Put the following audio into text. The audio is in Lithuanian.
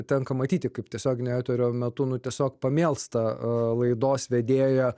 tenka matyti kaip tiesioginio eterio metu nu tiesiog pamėlsta laidos vedėja